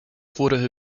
vorige